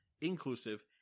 inclusive